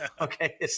Okay